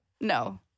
No